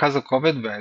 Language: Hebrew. מרכז הכובד וההספק.